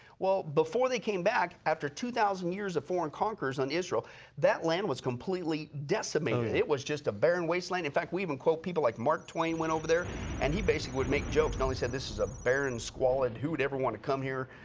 well, before they came back after two thousand years of foreign conquerors on israel that land was completely decimated. it was just a barren wasteland. in fact we even quote people like mark twain went over there and he'd basically would make jokes. not only said, this is a barren squalor. who'd ever want to come here?